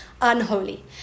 unholy